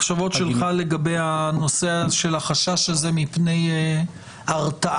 מחשבות שלך לגבי הנושא של החשש הזה מפני הרתעה?